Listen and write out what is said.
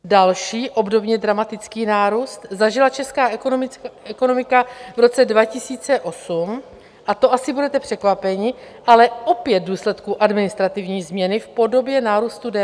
Další obdobně dramatický nárůst zažila česká ekonomika v roce 2008, a to asi budete překvapeni, ale opět v důsledku administrativní změny v podobě nárůstu DPH.